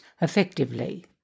effectively